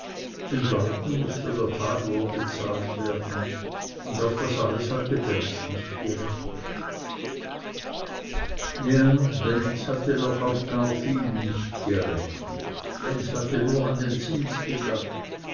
den leuten mußte der taglohn bezahlt werden und auf das alles hatte benz nicht gerechnet ja benz hatte noch auf gar viel nicht gerechnet benz hatte nur an den zins gedacht